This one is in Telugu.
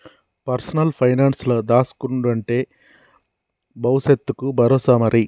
పర్సనల్ పైనాన్సుల దాస్కునుడంటే బవుసెత్తకు బరోసా మరి